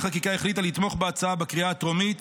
חקיקה החליטה לתמוך בהצעה בקריאה הטרומית